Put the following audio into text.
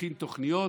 מכין תוכניות,